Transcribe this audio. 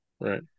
Right